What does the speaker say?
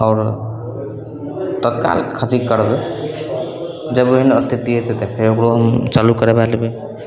आओर तत्काल खातिर करबै जब ओहन इस्थिति हेतै तऽ फेर ओकरो हम चालू करबै लेबै